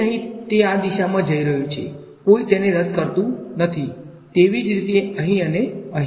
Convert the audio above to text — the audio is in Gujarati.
તેથી અહીં તે આ દીશામાં જઈ રહ્યુ છે કોઈ તેને રદ કરતુ નથી તેવી જ રીતે અહીં અને અહી